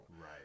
Right